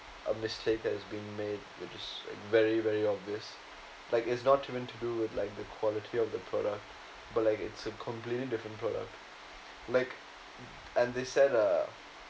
a mistake has been made which is very very obvious like is not meant to do with like the quality of the product but like it's a completely different product like and they said uh